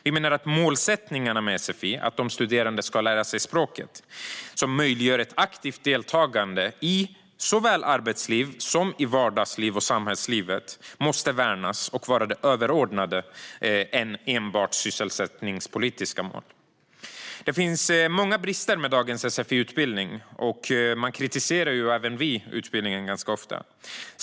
Vi menar att målsättningen med sfi - att de studerande ska lära sig språket, vilket möjliggör ett aktivt deltagande i såväl arbetsliv som vardagsliv och samhällsliv - måste värnas och vara överordnad enbart sysselsättningspolitiska mål. Det finns många brister med dagens sfi-utbildning, och utbildningen kritiseras ofta, även av oss.